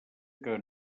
que